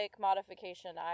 modification